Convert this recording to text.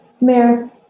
Mayor